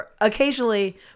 occasionally